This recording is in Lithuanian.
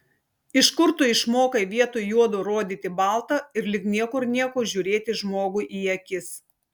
iš kur tu išmokai vietoj juodo rodyti balta ir lyg niekur nieko žiūrėti žmogui į akis